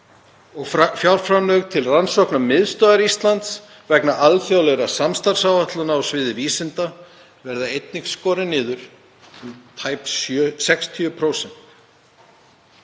og fjárframlög til Rannsóknarmiðstöðvar Íslands, vegna alþjóðlegrar samstarfsáætlunar á sviði vísinda, verða einnig skorin niður um tæp 60%.